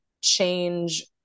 change